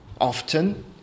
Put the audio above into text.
Often